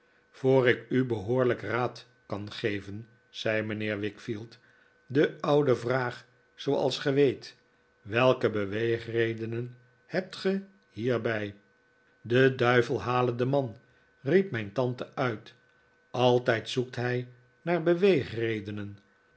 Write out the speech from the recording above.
voor ik u behoorlijk raad kan geven zei mijnheer wickfield de oude vraag zooals ge weet welke beweegredenen hebt ge hierbij de duivel hale den man riep mijn tante uit altijd zoekt hij naar